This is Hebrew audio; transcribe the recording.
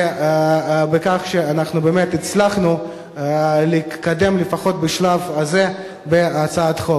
ועל כך שאנחנו באמת הצלחנו להתקדם לפחות בשלב הזה בהצעת החוק.